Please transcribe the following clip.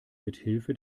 mithilfe